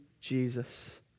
Jesus